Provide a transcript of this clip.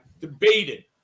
debated